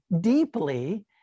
deeply